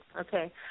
Okay